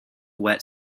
wet